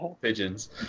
Pigeons